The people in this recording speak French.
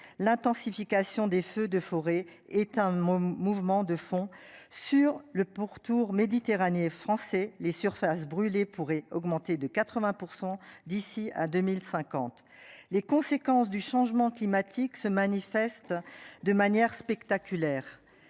l'intensification des feux de forêt éteint mon mouvement de fond sur le pourtour méditerranéen français. Les surfaces brûlées pourrait augmenter de 80% d'ici à 2050. Les conséquences du changement climatique se manifestent de manière spectaculaire